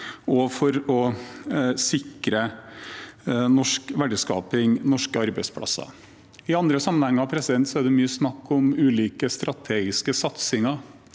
og for å sikre norsk verdiskaping og norske arbeidsplasser. I andre sammenhenger er det mye snakk om ulike strategiske satsinger,